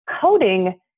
Coding